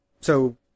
So